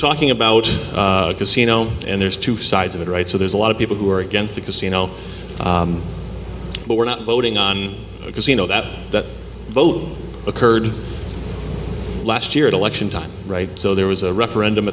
talking about casino and there's two sides of it right so there's a lot of people who are against the casino but we're not voting on a casino that that vote occurred last year at election time right so there was a referendum